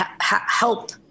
help